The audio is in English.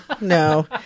no